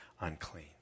unclean